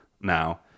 now